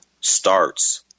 starts